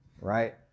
right